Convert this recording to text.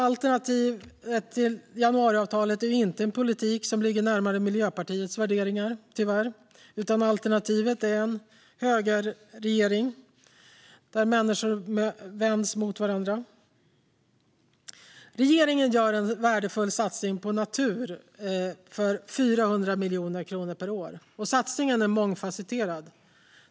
Alternativet till januariavtalet är inte en politik som ligger närmare Miljöpartiets värderingar, tyvärr, utan alternativet är en högerregering där människor vänds mot varandra. Regeringen gör en värdefull satsning på natur för 400 miljoner kronor per år. Satsningen är mångfasetterad.